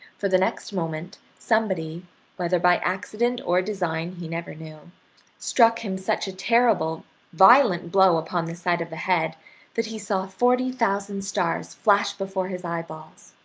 for the next moment somebody whether by accident or design he never knew struck him such a terrible violent blow upon the side of the head that he saw forty thousand stars flash before his eyeballs,